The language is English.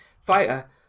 fighter